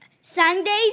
Sundays